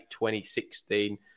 2016